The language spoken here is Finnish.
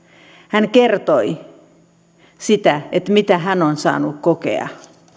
hän kertoi siitä mitä hän on saanut kokea